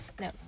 No